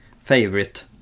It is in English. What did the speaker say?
favorite